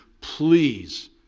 please